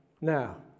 now